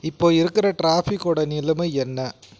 இப்போ இருக்கிற ட்ராஃபிக்கோடய நிலைமை என்ன